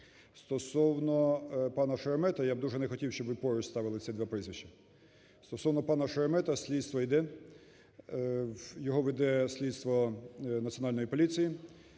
Стосовно пана Шеремета. Я б дуже не хотів, щоби поруч ставили ці два прізвища. Стосовно пана Шеремета. Слідство йде. Його веде слідство Національної поліції.